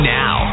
now